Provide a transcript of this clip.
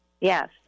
Yes